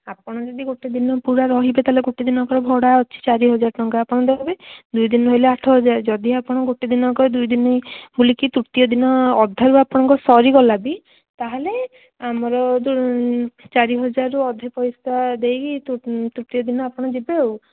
ଆପଣ ଯଦି ଗୋଟେ ଦିନ ପୁରା ରହିବେ ତା'ହେଲେ ଗୋଟେ ଦିନକର ଭଡ଼ା ଅଛି ଚାରି ହଜାର ଟଙ୍କା ଆପଣ ଦେବେ ଦୁଇ ଦିନ ରହିଲେ ଆଠ ହଜାର ଯଦି ଆପଣ ଗୋଟେ ଦିନକ ଦୁଇ ଦିନି ବୁଲିକି ତୃତୀୟ ଦିନ ଅଧାରୁ ଆପଣଙ୍କ ସରିଗଲା ବି ତା'ହେଲେ ଆମର ଚାରି ହଜାରରୁ ଅଧା ପଇସା ଦେଇକି ତୃତୀୟ ଦିନ ଆପଣ ଯିବେ ଆଉ